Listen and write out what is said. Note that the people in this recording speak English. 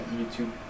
YouTube